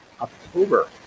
October